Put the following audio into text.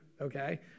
Okay